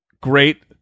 Great